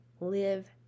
live